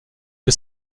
que